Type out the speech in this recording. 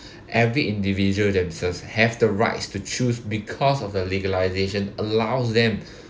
every individual themselves have the rights to choose because of the legalization allows them